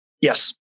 Yes